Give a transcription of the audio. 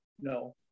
no